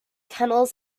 tunnels